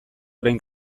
orain